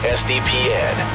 sdpn